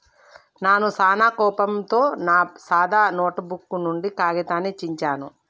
నాను సానా కోపంతో నా సాదా నోటుబుక్ నుండి కాగితాన్ని చించాను